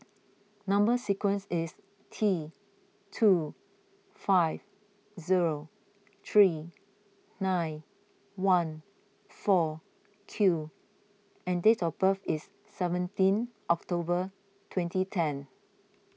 Number Sequence is T two five zero three nine one four Q and date of birth is seventeen October twenty ten